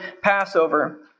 Passover